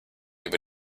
über